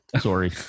Sorry